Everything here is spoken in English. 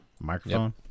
microphone